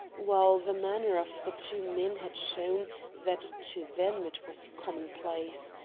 while the manner of the two men had shown that to them it was a commonplace,